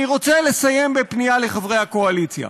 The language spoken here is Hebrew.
אני רוצה לסיים בפנייה לחברי הקואליציה.